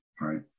right